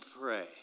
pray